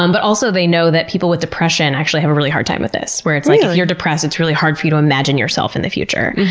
um but also they know that people with depression actually have a really hard time with this, where it's like, if ah you're depressed, it's really hard for you to imagine yourself in the future.